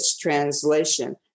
translation